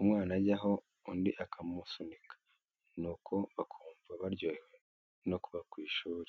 umwana ajyaho undi akamusunika, nuko bakumva baryohewe no kuba ku ishuri.